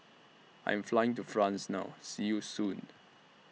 I Am Flying to France now See YOU Soon